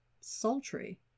sultry